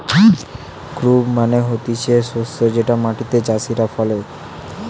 crop মানে হতিছে শস্য যেটা মাটিতে চাষীরা ফলে